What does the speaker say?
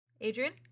Adrian